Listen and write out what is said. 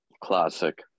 classic